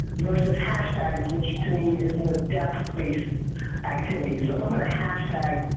versus hashtags which, to me, is more depth-based activities. so if i'm going to hashtag,